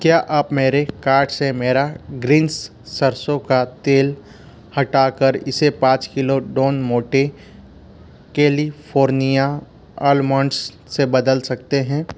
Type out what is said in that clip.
क्या आप मेरे कार्ट से मेरा ग्रीन्स सरसों का तेल हटा कर इसे पाँच किलो डॉन मोटे कैलिफ़ोर्निया आल्मोण्ड्स से बदल सकते हैं